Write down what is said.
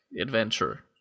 adventure